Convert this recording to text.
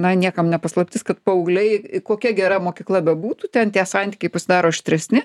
na niekam ne paslaptis kad paaugliai kokia gera mokykla bebūtų ten tie santykiai pasidaro aštresni